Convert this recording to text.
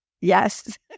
Yes